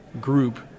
group